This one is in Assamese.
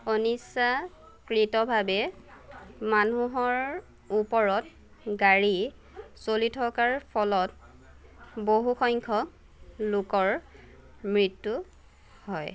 অনিচ্ছাকৃতভাৱে মানুহৰ ওপৰত গাড়ী চলি থকাৰ ফলত বহুসংখ্যক লোকৰ মৃত্যু হয়